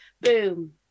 Boom